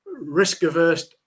risk-averse